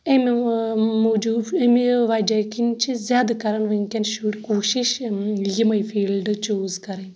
اَمہِ موجوٗب اَمہِ وجہ کِنۍ چھ زیٛادٕ کران وُنکٮ۪ن شُرۍ کوٗشِش یِمے فیٖلڈ چوٗز کرٕنۍ